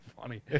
funny